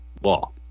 law